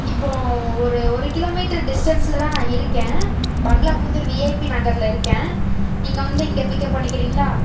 இப்போ ஒரு ஒரு கிலோமீட்ரு டிஸ்டன்ஸில் தான் நான் இருக்கேன் பங்களாபுதுர் விஐபி நகரில் இருக்கேன் இங்கே வந்து இங்கே பிக்கப் பண்ணிக்கிறிங்களா